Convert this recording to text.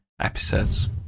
episodes